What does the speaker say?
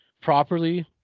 properly